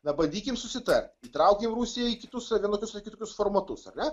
na badykim susitart įtraukim rusiją į kitus vienokius ar kitokius formatus ar ne